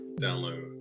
download